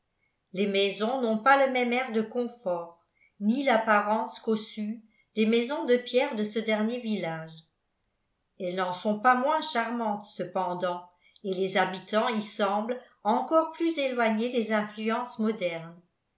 les maisons n'ont pas le même air de confort ni l'apparence cossue des maisons de pierre de ce dernier village elles n'en sont pas moins charmantes cependant et les habitants y semblent encore plus éloignés des influences modernes